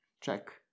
Check